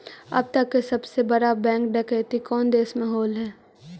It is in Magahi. अब तक के सबसे बड़ा बैंक डकैती कउन देश में होले हइ?